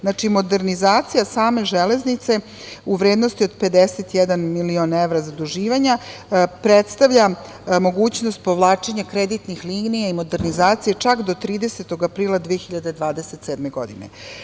Znači, modernizacija same železnice u vrednosti od 51 milion evra, zaduživanja, predstavlja mogućnost povlačenja kreditnih linija i modernizacija čak do 30. aprila 2027. godine.